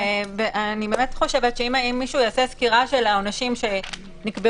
ואני באמת חושבת שאם מישהו יעשה סקירה של העונשים שנקבעו